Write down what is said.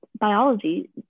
biology